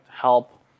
help